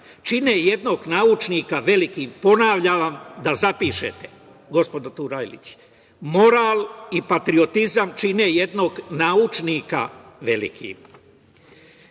čine jednog naučnika velikim. Ponavljam vam, da zapišete, gospođo Turajlić, moral i patriotizam čine jednog naučnika